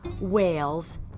whales